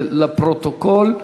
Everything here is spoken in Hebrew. זה לפרוטוקול,